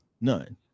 none